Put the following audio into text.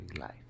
life